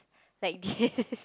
like this